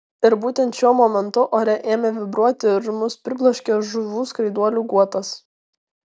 ir būtent šiuo momentu ore ėmė vibruoti ir mus pribloškė žuvų skraiduolių guotas